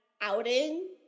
outing